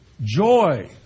joy